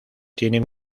tienen